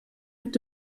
mit